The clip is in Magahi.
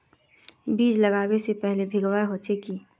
बीज लागबे से पहले भींगावे होचे की?